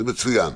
זה מצוין,